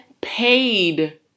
Paid